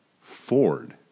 Ford